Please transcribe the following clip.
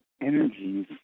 energies